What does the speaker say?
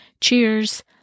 Cheers